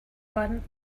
one